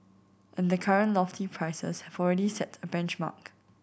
and the current lofty prices have already set a benchmark